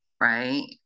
right